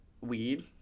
weed